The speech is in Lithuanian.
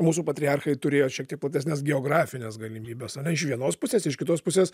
mūsų patriarchai turėjo šiek tiek platesnes geografines galimybes ane iš vienos pusės iš kitos pusės